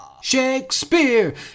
Shakespeare